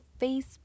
Facebook